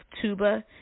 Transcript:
Tuba